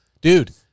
Dude